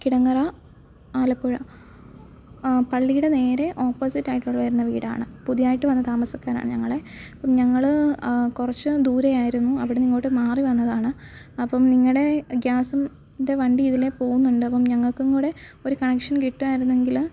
കിടങ്ങറ ആലപ്പുഴ പള്ളീടെ നേരെ ഓപ്പോസിറ്റായിട്ട് വരുന്ന വീടാണ് പുതുതായിട്ട് വന്ന താമസക്കാരാണ് ഞങ്ങൾ അപ്പോൾ ഞങ്ങൾ കുറച്ച് ദൂരെയായിരുന്നു അവിടന്നിങ്ങോട്ട് മാറിവന്നതാണ് അപ്പം നിങ്ങളുടെ ഗ്യാസ്സും ൻ്റെ വണ്ടി ഇതിലെ പോകുന്നുണ്ട് അപ്പം ഞങ്ങൾക്കും കൂടെ ഒരു കണക്ഷൻ കിട്ടും ആയിരുന്നെങ്കിൽ